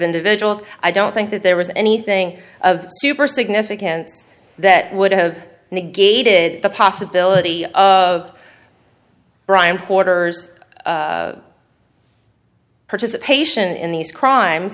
individuals i don't think that there was anything of super significance that would have negated the possibility of crime quarters participation in these crime